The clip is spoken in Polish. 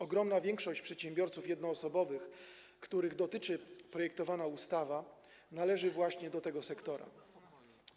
Ogromna większość przedsiębiorców jednoosobowych, których dotyczy projektowana ustawa, należy właśnie do tego sektora.